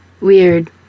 Weird